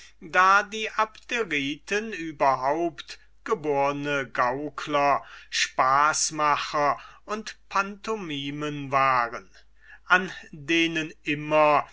da die abderiten überhaupt geborne gaukler spaßmacher und pantomimen waren an denen immer